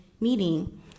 meeting